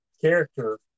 character